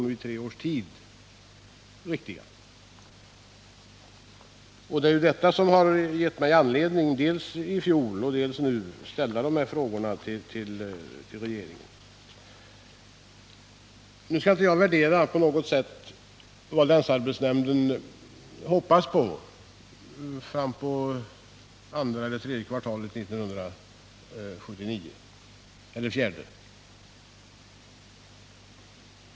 Dessa siffror är också riktiga, och det är de siffrorna som gett mig anledning att både i fjol och i år ställa dessa frågor till regeringen. Jag skall inte göra någon värdering av länsarbetsnämndens bedömningar när det gäller sysselsättningsläget under fjärde kvartalet i år.